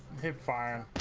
a fire